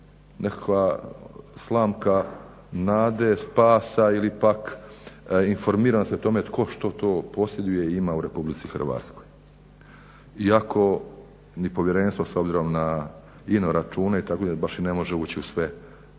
nekakva slamka nade, spasa ili pak informiranosti o tome tko što to posjeduje i ima u RH. Iako ni povjerenstvo s obzirom na ino račune i tako da baš i ne može ući u sve